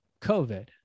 COVID